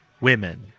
women